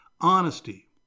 Honesty